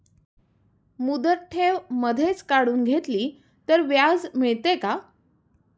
मुदत ठेव मधेच काढून घेतली तर व्याज मिळते का?